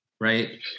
right